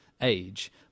age